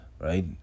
right